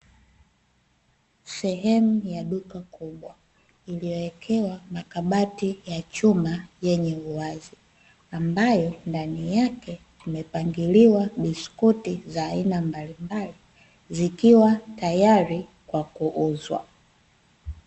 Sehemu ya duka kubwa iliyowekewa makabati ya chuma yenye uwazi, ambayo ndani yake kumepangiliwa biskuti za aina mbalimbali zikiwa tayari kwa kuuzwa.